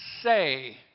say